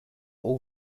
all